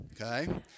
okay